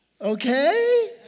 okay